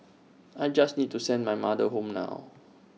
I just need to send my mother home now